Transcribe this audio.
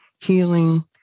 healing